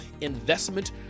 investment